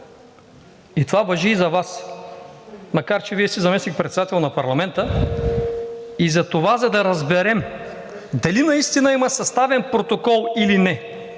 И това важи и за Вас, макар че Вие сте заместник-председател на парламента, и затова, за да разберем дали наистина има съставен протокол или не